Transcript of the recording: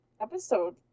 episode